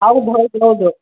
ಹೌದ್ ಹೌದು ಹೌದು